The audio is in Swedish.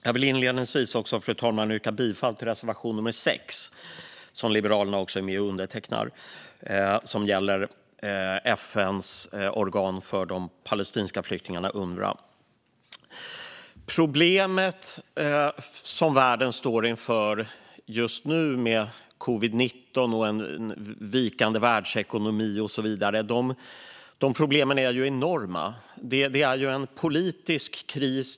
Jag vill inledningsvis, fru talman, yrka bifall till reservation nr 6, som också Liberalerna har undertecknat, som gäller FN:s organ för de palestinska flyktingarna, Unrwa. Problemen som världen står inför just nu i och med covid-19 och en vikande världsekonomi och så vidare är enorma. Det är en politisk kris.